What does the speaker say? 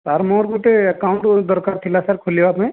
sir ମୋର ଗୋଟେ account ଦରକାର୍ ଥିଲା ସାର୍ ଖୋଲିବା ପାଇଁ